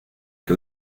que